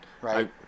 right